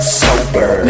sober